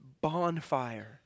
bonfire